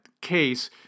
case